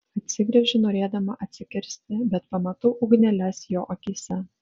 atsigręžiu norėdama atsikirsti bet pamatau ugneles jo akyse